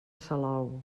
salou